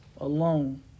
alone